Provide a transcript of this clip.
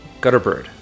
Gutterbird